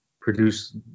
produce